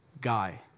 guy